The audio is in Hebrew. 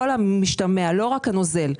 ולא רק הנוזל,